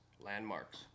landmarks